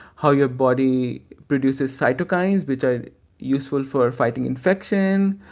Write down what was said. how your body produces cytokines, which are useful for fighting infection,